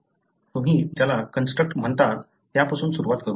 तुम्ही ज्याला कंस्ट्रक्ट म्हणतात त्यापासून सुरुवात करू